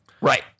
Right